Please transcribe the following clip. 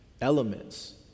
elements